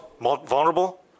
vulnerable